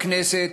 בכנסת,